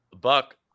buck